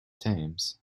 thames